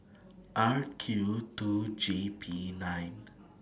R Q two G P nine